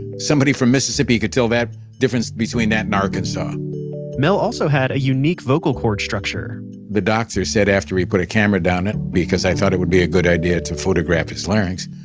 somebody was from mississippi, he could tell that difference between that and arkansas mel also had a unique vocal chord structure the doctor said after we put a camera down it, because i thought it would be a good idea to photograph his larynx.